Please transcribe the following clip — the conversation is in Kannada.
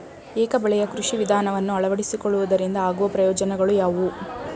ಏಕ ಬೆಳೆಯ ಕೃಷಿ ವಿಧಾನವನ್ನು ಅಳವಡಿಸಿಕೊಳ್ಳುವುದರಿಂದ ಆಗುವ ಪ್ರಯೋಜನಗಳು ಯಾವುವು?